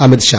Amit Shah